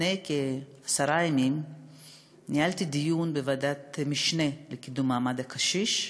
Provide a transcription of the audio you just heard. לפני כעשרה ימים ניהלתי דיון בוועדת המשנה לקידום מעמד הקשיש,